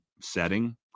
setting